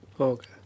Okay